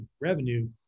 revenue